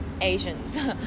Asians